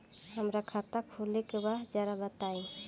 हमरा खाता खोले के बा जरा बताई